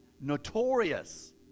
Notorious